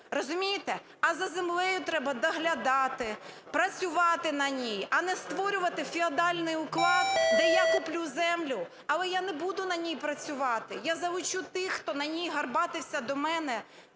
Розумієте? А за землею треба доглядати, працювати на ній, а не створювати феодальний уклад, де я куплю землю, але я не буду на ній працювати, я залучу тих, хто на ній горбатився до мене,